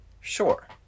sure